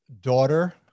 daughter